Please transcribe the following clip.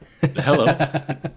Hello